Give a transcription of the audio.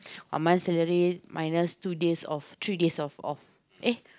one month salary minus two days off minus three days of off eh